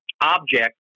object